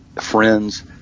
friends